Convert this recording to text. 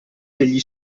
degli